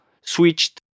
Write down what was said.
switched